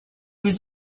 was